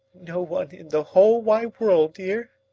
no one in the whole wide world, dear,